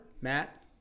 Matt